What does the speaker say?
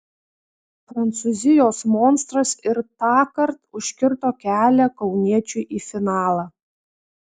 prancūzijos monstras ir tąkart užkirto kelią kauniečiui į finalą